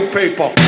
people